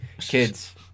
Kids